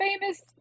famous